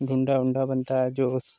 डुंडा वुंडा बनता है जो